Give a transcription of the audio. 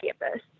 campus